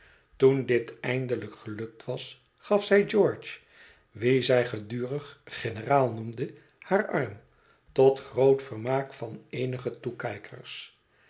toen dit eindelijk gelukt was gaf zij george wien zij gedurig generaal noemde haar arm tot groot vermaak van eenige toekijkers